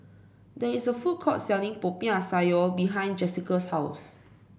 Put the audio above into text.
there is a food court selling Popiah Sayur behind Jesica's house